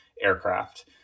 aircraft